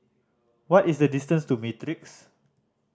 what is the distance to Matrix